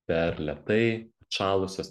per lėtai atšalusios